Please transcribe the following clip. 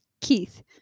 Keith